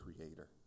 creator